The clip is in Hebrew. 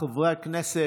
חברי הכנסת,